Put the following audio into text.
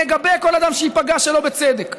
נגבה כל אדם שייפגע שלא בצדק,